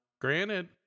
granted